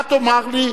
מה תאמר לי?